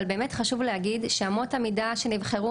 אבל באמת חשוב להגיד שאמות המידה שנבחרו,